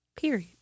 Period